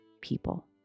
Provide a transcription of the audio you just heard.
people